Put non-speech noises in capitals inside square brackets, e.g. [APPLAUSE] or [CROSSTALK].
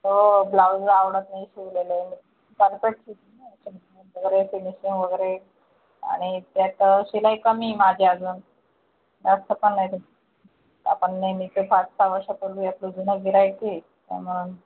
हो ब्लाउज आवडत नाही शिवलेले त्यांचं [UNINTELLIGIBLE] फिनिशिंग वगैरे आणि त्यात शिलाई कमी माझी अजून जास्त पण नाही आपण नेहमीच पाच सहा वर्षापूर्वीचं जुनं गिऱ्हाईक आहे त्यामुळे